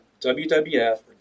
WWF